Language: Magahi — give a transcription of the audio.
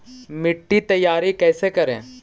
मिट्टी तैयारी कैसे करें?